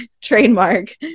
trademark